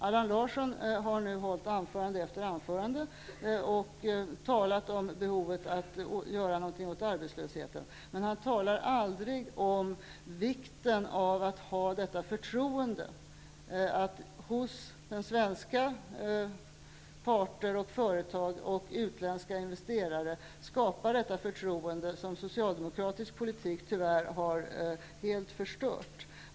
Allan Larsson har nu hållit anförande efter anförande och talat om behovet att göra någonting åt arbetslösheten. Men han talar aldrig om vikten av att hos svenska arbetsmarknadsparter och företag och hos utländska investerare skapa det förtroende som socialdemokratisk politik tyvärr har helt förstört.